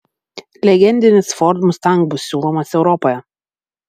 legendinis ford mustang bus siūlomas europoje